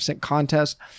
Contest